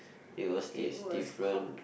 it was dis~ different